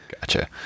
Gotcha